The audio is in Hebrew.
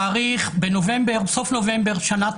הבריאות בסוף נובמבר 2021,